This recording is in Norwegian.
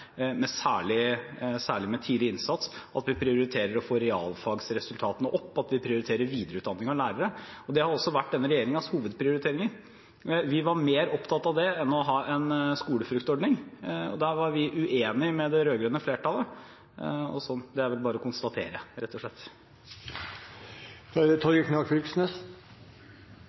særlig med tidlig innsats, at vi prioriterer å få realfagsresultatene opp, at vi prioriterer videreutdanning av lærere. Det har også vært denne regjeringens hovedprioriteringer. Vi var mer opptatt av det enn av å ha en skolefruktordning. Der var vi uenig med det rød-grønne flertallet, og det er det vel bare å konstatere, rett og slett. Skulen er